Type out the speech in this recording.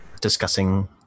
discussing